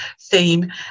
theme